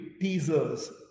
teasers